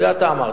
את זה אתה אמרת.